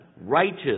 Righteous